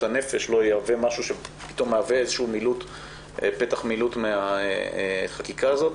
הנפש לא יהווה פתח מילוט מהחקיקה הזאת.